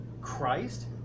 Christ